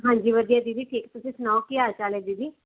ਹਾਂਜੀ ਵਧੀਆ ਦੀਦੀ ਠੀਕ ਤੁਸੀਂ ਸੁਣਾਓ ਕੀ ਹਾਲ ਚਾਲ ਹੈ ਦੀਦੀ